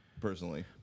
personally